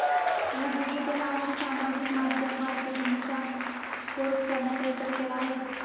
मी digital आणि सामाजिक माध्यम मार्केटिंगचा कोर्स करण्याचा विचार केला आहे